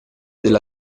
della